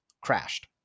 crashed